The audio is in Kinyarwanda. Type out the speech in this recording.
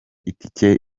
itike